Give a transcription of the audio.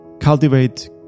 cultivate